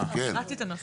קראתי את הנוסח.